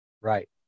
Right